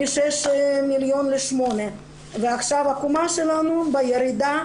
מ-6 מלש"ח ל-8 מלש"ח ועכשיו העקומה שלנו בירידה,